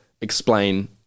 explain